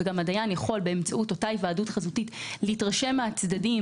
והדיין יכול באמצעות אותה היוועדות חזותית להתרשם מהצדדים,